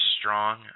strong